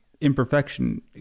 imperfection